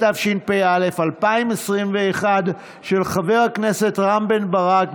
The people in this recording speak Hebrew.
התשפ"א 2021, של חבר הכנסת רם בן ברק.